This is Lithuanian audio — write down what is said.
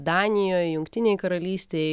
danijoj jungtinėj karalystėj